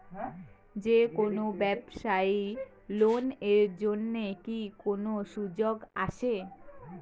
যে কোনো ব্যবসায়ী লোন এর জন্যে কি কোনো সুযোগ আসে?